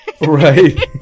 Right